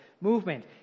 movement